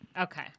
Okay